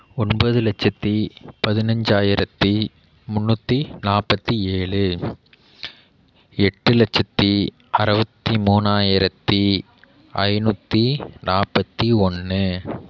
ஒன்பது லட்சத்து பதினஞ்சாயிரத்து முன்னுற்றி நாற்பத்தி ஏழு எட்டு லட்சத்து அறுவத்தி மூணாயிரத்து ஐநூற்றி நாற்பத்தி ஒன்று